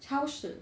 超市